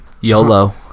YOLO